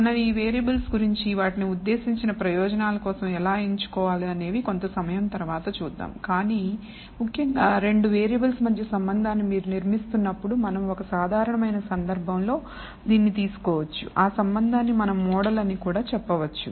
మనం ఈ వేరియబుల్స్ గురించి వాటిని ఉద్దేశించిన ప్రయోజనం కోసం ఎలా ఎంచుకోవాలి అనేవి కొంత సమయం తర్వాత చూద్దాం కాని ముఖ్యంగా 2 వేరియబుల్స్ మధ్య సంబంధాన్ని మీరు నిర్మిస్తున్నప్పుడు మనం ఒక సాధారణమైన సందర్భంలో దీన్ని తీసుకోవచ్చు ఆ సంబంధాన్ని మనం మోడల్ అని కూడా చెప్పవచ్చు